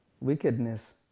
Wickedness